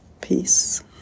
peace